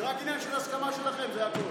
זה רק עניין של הסכמה שלכם, זה הכול.